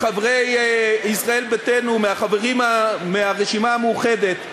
מחברי ישראל ביתנו, מהחברים מהרשימה המאוחדת.